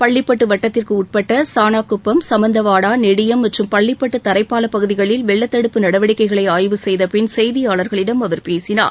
பள்ளிப்பட்டு வட்டத்திற்கு உட்பட்ட சாணாகுப்பம் சமந்தவாடா நெடியம் மற்றும் பள்ளிப்பட்டு தரைப்பாவப் பகுதிகளில் வெள்ளத் தடுப்பு நடவடிக்கைகளை ஆய்வு செய்த பின் செய்தியாளர்களிடம் அவர் பேசினார்